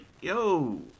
yo